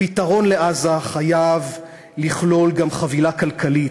פתרון לעזה חייב לכלול גם חבילה כלכלית.